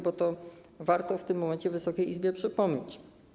Bo to warto w tym momencie Wysokiej Izbie przypomnieć.